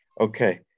Okay